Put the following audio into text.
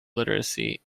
literacy